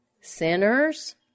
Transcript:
sinners